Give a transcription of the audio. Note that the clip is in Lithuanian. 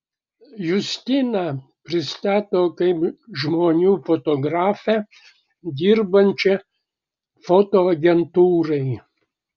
justiną pristato kaip žmonių fotografę dirbančią fotoagentūrai